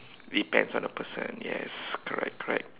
depends on the person yes correct correct